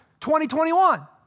2021